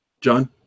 John